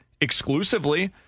exclusively